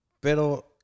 Pero